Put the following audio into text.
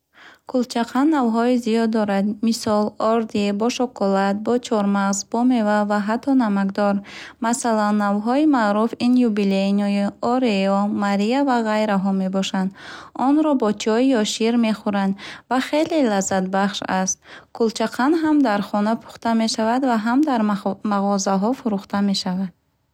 Кулчақанд навъҳои зиёд дорад. Мисол: ордӣ, бо шоколад, бо чормағз, бо мева ва ҳатто намакдор. Масалан, навъҳои маъруф ин Юбилейное, Орео, Мария ва ғайраҳо мебошанд. Онро бо чой ё шир мехӯранд ва хеле лаззатбахш аст. Кулчақанд ҳам дар хона пухта мешавад ва ҳам дар махо мағозаҳо фурӯхта мешавад.